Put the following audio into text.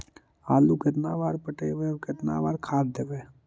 आलू केतना बार पटइबै और केतना बार खाद देबै?